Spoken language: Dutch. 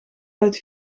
uit